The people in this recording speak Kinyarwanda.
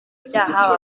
ibyaha